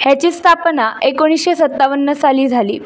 ह्याची स्थापना एकोणीसशे सत्तावन्न साली झाली